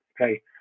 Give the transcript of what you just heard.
okay